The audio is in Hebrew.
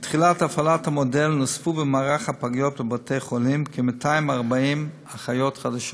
מתחילת הפעלת המודל נוספו במערך הפגיות בבתי-החולים כ-240 אחיות חדשות,